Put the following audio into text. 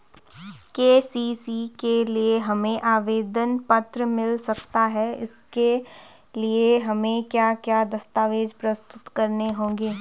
KCC के लिए हमें आवेदन पत्र मिल सकता है इसके लिए हमें क्या क्या दस्तावेज़ प्रस्तुत करने होंगे?